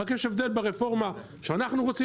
רק יש הבדל בין הרפורמה שאנחנו רוצים